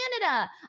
canada